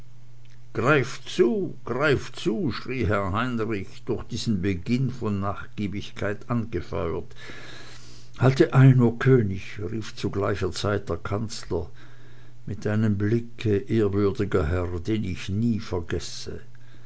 greif zu greif zu schrie herr heinrich durch diesen beginn von nachgiebigkeit angefeuert halt ein o könig rief zu gleicher zeit der kanzler mit einem blicke ehrwürdiger herr den ich nie vergesse